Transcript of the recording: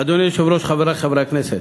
אדוני היושב-ראש, חברי חברי הכנסת,